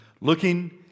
Looking